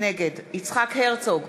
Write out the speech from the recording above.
נגד יצחק הרצוג,